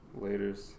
Laters